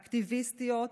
אקטיביסטיות,